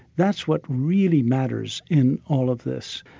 that's what really matters in all of this,